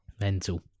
mental